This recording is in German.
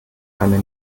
eine